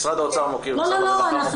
משרד האוצר מוקיר, משרד הרווחה מוקיר, בסוף